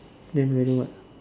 then wearing what